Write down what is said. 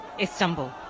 Istanbul